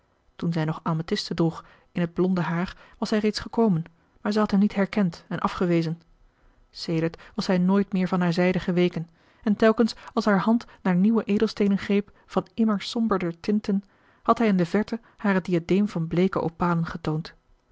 toen zij nog amethisten droeg in het blonde haar was hij reeds gekomen maar zij had hem niet herkend en afgewezen sedert was hij nooit meer van haar zijde geweken en telkens als haar hand naar nieuwe edelsteenen greep van immer somberder tinten had hij in de verte haar het diadeem van bleeke opalen getoond